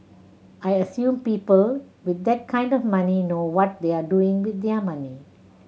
I assume people with that kind of money know what they're doing with their money